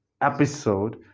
episode